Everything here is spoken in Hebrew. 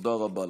תודה רבה לכם.